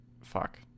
Fuck